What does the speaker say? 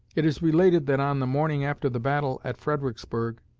it is related that on the morning after the battle at fredericksburg,